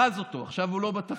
אחז אותו, עכשיו הוא לא בתפקיד.